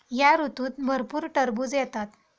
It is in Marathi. या ऋतूत भरपूर टरबूज येतात